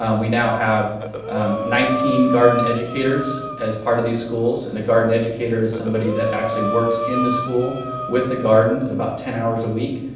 um we now have nineteen garden educators as part of these schools. and a garden educator is somebody who actually works in the school with the garden. about ten hours a week,